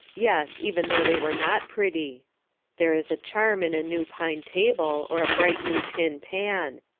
yes, even though they were not pretty there is a charm in a new pine table, or a bright new tin pan.